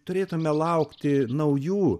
turėtume laukti naujų